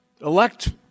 elect